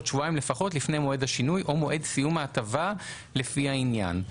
שבועיים לפחות לפני מועד השינוי או מועד סיום ההטבה לפי העניין".